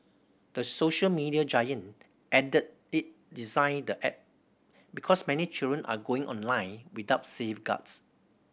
the social media giant added it designed the app because many children are going online without safeguards